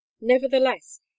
nevertheless